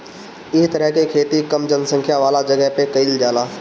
ए तरह के खेती कम जनसंख्या वाला जगह पे कईल जाला